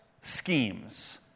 schemes